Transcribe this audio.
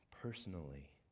personally